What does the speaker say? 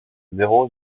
zéro